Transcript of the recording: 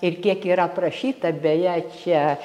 ir kiek yra aprašyta beje čia